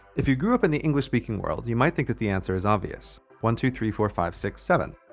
if you grew up in the english-speaking world you might think that the answer is obvious one, two, three, four, five, six, seven.